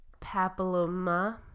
papilloma